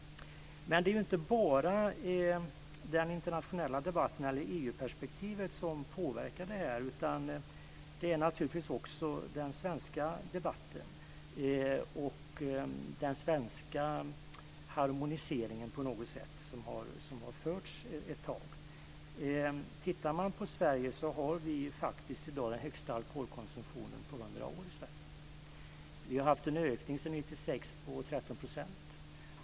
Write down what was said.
Men det är inte bara EU-perspektivet som påverkar det här utan naturligtvis också den svenska debatten och den svenska harmonisering som har pågått ett tag. Sverige har nu faktiskt den högsta alkoholkonsumtionen på 100 år. Vi har sedan 1996 haft en ökning om 13 %.